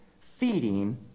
feeding